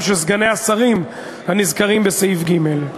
של סגני השרים הנזכרים בסעיף ג' לעיל.